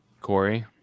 Corey